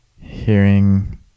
hearing